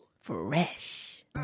Fresh